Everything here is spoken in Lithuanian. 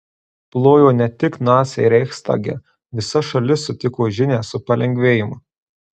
plojo ne tik naciai reichstage visa šalis sutiko žinią su palengvėjimu